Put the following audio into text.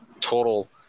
total